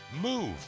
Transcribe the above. Move